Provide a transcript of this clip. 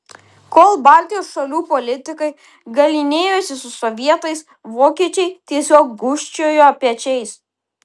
kol baltijos šalių politikai galynėjosi su sovietais vokiečiai tiesiog gūžčiojo pečiais